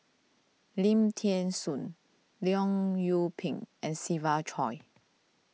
Lim thean Soo Leong Yoon Pin and Siva Choy